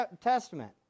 Testament